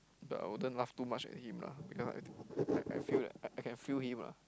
but I wouldn't laugh too much at him lah ya I think I I feel that I can feel him lah